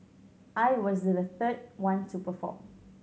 I was the third one to perform